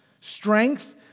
Strength